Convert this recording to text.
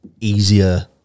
easier